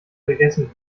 vergessen